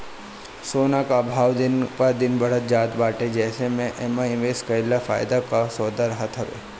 सोना कअ भाव दिन प दिन बढ़ते जात बाटे जेसे एमे निवेश कईल फायदा कअ सौदा रहत हवे